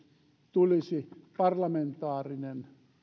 tulisi parlamentaarinen